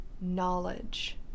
knowledge